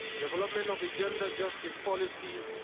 development of the gender justice policy,